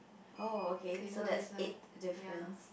oh okay so that's eight difference